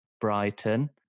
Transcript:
Brighton